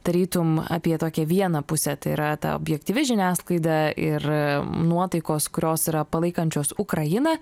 tarytum apie tokią vieną pusę tai yra ta objektyvi žiniasklaida ir nuotaikos kurios yra palaikančios ukrainą